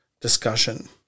discussion